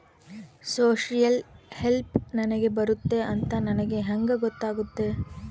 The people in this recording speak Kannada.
ಸೋಶಿಯಲ್ ಹೆಲ್ಪ್ ನನಗೆ ಬರುತ್ತೆ ಅಂತ ನನಗೆ ಹೆಂಗ ಗೊತ್ತಾಗುತ್ತೆ?